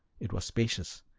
it was spacious,